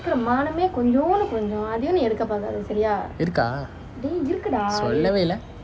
சொல்லவே இல்லை:sollave illai